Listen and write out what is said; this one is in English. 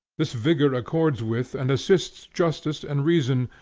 this vigor accords with and assists justice and reason,